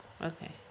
Okay